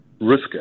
risk